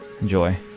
Enjoy